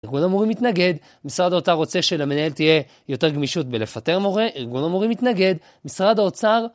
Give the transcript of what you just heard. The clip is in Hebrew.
ארגון המורים מתנגד, משרד האוצר רוצה שלמנהל תהיה יותר גמישות בלפטר מורה, ארגון המורים מתנגד, משרד האוצר